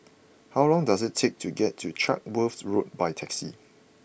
how long does it take to get to Chatsworth Road by taxi